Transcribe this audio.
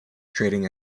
trading